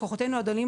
בכוחותינו הדלים,